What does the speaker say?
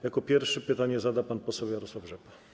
Jako pierwszy pytanie zada pan poseł Jarosław Rzepa.